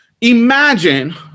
Imagine